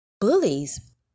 bullies